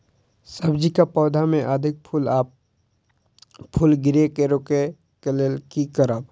सब्जी कऽ पौधा मे अधिक फूल आ फूल गिरय केँ रोकय कऽ लेल की करब?